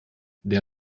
der